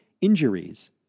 injuries